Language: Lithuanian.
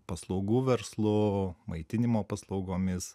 paslaugų verslų maitinimo paslaugomis